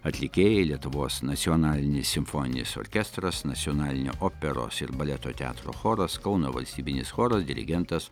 atlikėjai lietuvos nacionalinis simfoninis orkestras nacionalinio operos ir baleto teatro choras kauno valstybinis choras dirigentas